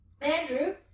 Andrew